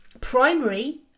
primary